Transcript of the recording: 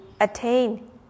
attain